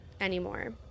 anymore